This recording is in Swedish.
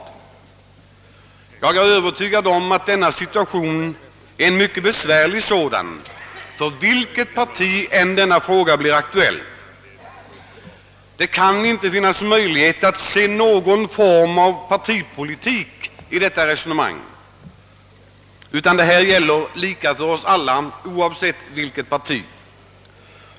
i ; Jag är övertygad om att denna situation är lika besvärlig vilket parti den än blir aktuell för, och jag kan därför inte förstå att det skulle kunna, ligga någon form av partipolitik i detta resonemang. Problemen blir desamma för för oss alla, oavsett vilket parti vi tillhör.